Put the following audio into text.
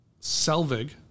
Selvig